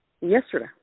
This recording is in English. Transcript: Yesterday